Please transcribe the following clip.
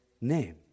name